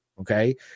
okay